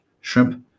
shrimp